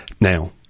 now